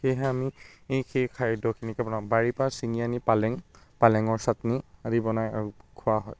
সেয়েহে আমি সেই খাদ্যখিনিকে বনাওঁ বাৰীৰ পৰা ছিঙি আনি পালেং পালেঙৰ চাটনি আদি বনায় আৰু খোৱা হয়